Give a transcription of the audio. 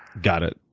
got it.